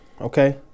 okay